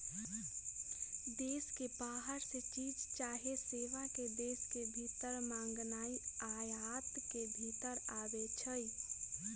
देश के बाहर से चीज चाहे सेवा के देश के भीतर मागनाइ आयात के भितर आबै छइ